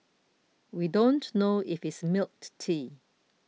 we don't know if it's milk tea